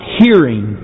hearing